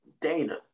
Dana